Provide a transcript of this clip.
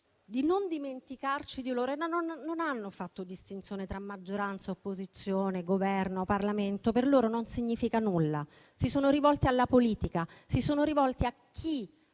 di non dimenticarci di loro e non hanno fatto distinzione tra maggioranza e opposizione, Governo, Parlamento, perché per loro non significa nulla. Si sono rivolte alla politica, si sono rivolte a chi